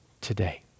today